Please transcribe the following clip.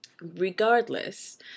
regardless